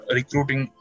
recruiting